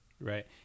Right